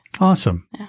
Awesome